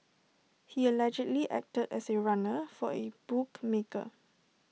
he allegedly acted as A runner for A bookmaker